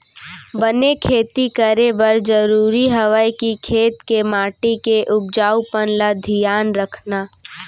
बने खेती करे बर जरूरी हवय कि खेत के माटी के उपजाऊपन ल धियान रखना